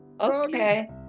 Okay